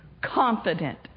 confident